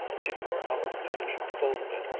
she tore out the page, folded it,